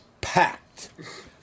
packed